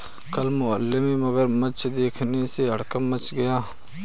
कल मोहल्ले में मगरमच्छ देखने से हड़कंप मच गया